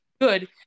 good